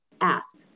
ask